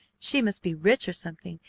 she must be rich or something,